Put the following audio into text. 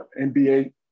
nba